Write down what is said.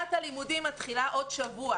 שנת הלימודים מתחילה עוד שבוע.